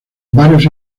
varios